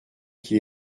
qu’il